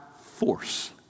force